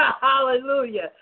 Hallelujah